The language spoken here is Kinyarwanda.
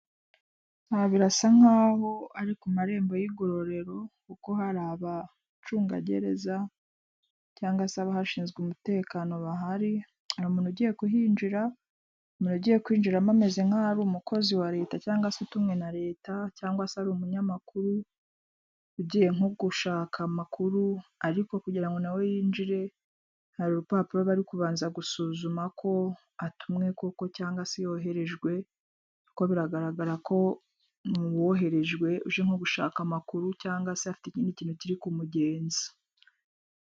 Aha birasa nk'aho ari ku marembo y'igororero, kuko hari abacungagereza cyangwa se abahashinzwe umutekano bahari, hari muntu ugiye kuhinjira, umuntu ugiye kwinjiramo ameze nk'aho ari umukozi wa leta cyangwa se utumwe na leta cyangwa se ari umunyamakuru ugiye nko gushaka amakuru, ariko kugira ngo nawe yinjire hari urupapuro bari kubanza gusuzuma ko atumwe koko cyangwa se yoherejwe, kuko biragaragara ko ni uwoherejwe uje nko gushaka amakuru cyangwa se afite ikindi kintu kiri mugenza.